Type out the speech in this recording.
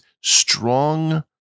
strong